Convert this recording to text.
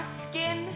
skin